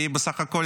כי בסך הכול,